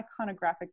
iconographic